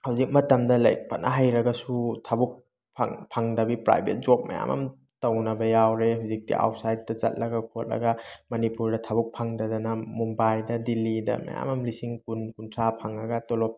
ꯍꯧꯖꯤꯛ ꯃꯇꯝꯗ ꯂꯥꯏꯔꯤꯛ ꯐꯅꯥ ꯍꯩꯔꯒꯁꯨ ꯊꯕꯛ ꯐꯪꯗꯕꯤ ꯄ꯭ꯔꯥꯏꯕꯦꯠ ꯖꯣꯕ ꯃꯌꯥꯝ ꯑꯃ ꯇꯧꯅꯕ ꯌꯥꯎꯔꯦ ꯍꯧꯖꯤꯛꯇꯤ ꯑꯥꯎꯠꯁꯥꯏꯗꯇ ꯆꯠꯂꯒ ꯈꯣꯠꯂꯒ ꯃꯅꯤꯄꯨꯔꯗ ꯊꯕꯛ ꯐꯪꯗꯗꯅ ꯃꯨꯝꯕꯥꯏꯗ ꯗꯤꯜꯂꯤꯗ ꯃꯌꯥꯝ ꯑꯃ ꯂꯤꯁꯤꯡ ꯀꯨꯟ ꯀꯨꯟꯊ꯭ꯔꯥ ꯐꯪꯉꯒ ꯇꯣꯂꯣꯞ